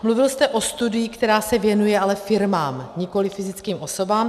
Mluvil jste o studii, která se věnuje ale firmám, nikoliv fyzickým osobám.